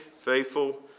faithful